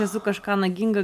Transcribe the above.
esu kažką naginga